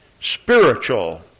spiritual